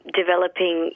developing